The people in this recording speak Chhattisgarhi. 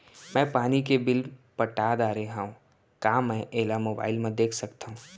मैं पानी के बिल पटा डारे हव का मैं एला मोबाइल म देख सकथव?